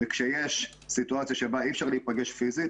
כשיש סיטואציה שבה אי אפשר להיפגש פיזית,